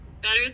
better